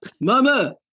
Mama